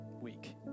week